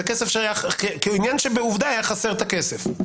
כעניין שבעובדה היה חסר את הכסף.